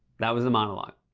that was the monologue.